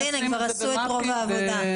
אז הנה, כבר עשו את רוב העבודה.